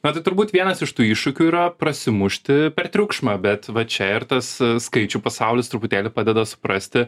na tai turbūt vienas iš tų iššūkių yra prasimušti per triukšmą bet va čia ir tas skaičių pasaulis truputėlį padeda suprasti